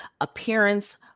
appearance